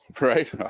right